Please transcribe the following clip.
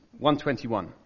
121